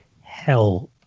hell